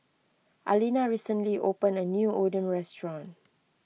Alina recently opened a new Oden restaurant